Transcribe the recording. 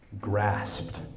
grasped